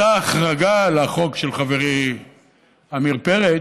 אותה החרגה לחוק של חברי עמיר פרץ,